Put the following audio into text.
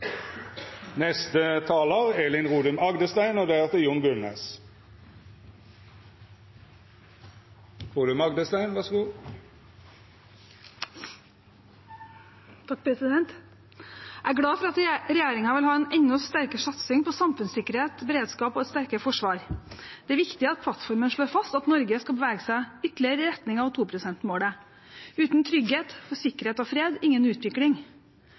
neste generasjons kapital for å finansiere denne liberalistiske økonomiske politikken. Nå er Venstre og Kristelig Folkeparti med på toget. Jeg synes det er utrolig trist. Jeg er glad for at regjeringen vil ha en enda sterkere satsing på samfunnssikkerhet og beredskap og et sterkere forsvar. Det er viktig at plattformen slår fast at Norge skal bevege seg ytterligere i retning av 2-prosentmålet. Uten trygghet for sikkerhet og fred, ingen utvikling.